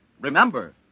Remember